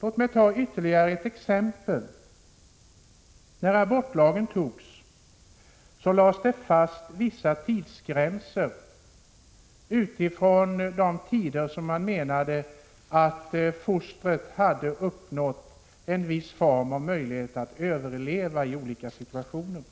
Låt mig ta ytterligare ett exempel: När abortlagen antogs lades vissa tidsgränser fast utifrån de tider vid vilka man menade att fostret hade uppnått en viss form och möjlighet att överleva i olika situationer.